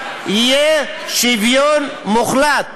יהיה שוויון מוחלט,